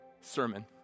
sermon